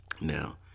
Now